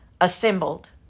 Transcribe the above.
assembled